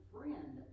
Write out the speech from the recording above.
Friend